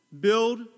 Build